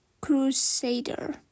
Crusader